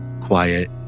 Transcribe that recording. quiet